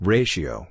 Ratio